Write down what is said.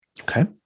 okay